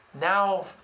now